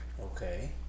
Okay